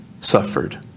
suffered